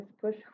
push